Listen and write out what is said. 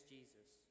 Jesus